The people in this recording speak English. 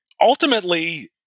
ultimately